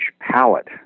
palette